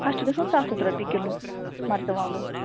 تتھ چھِ گَژھان سَتھ ہتھ رۄپیہِ کِلوٗ مرژٕوانٛگن